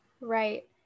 Right